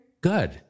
Good